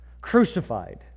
Crucified